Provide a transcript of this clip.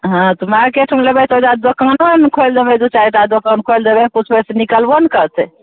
हँ तऽ मार्केटमे लेबय तऽ ओइजा दुकानो नहि खोलि देबय दू चारि टा दूकान खोलि देबय कुछो ओइसँ निकलबो नहि करतय